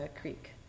creek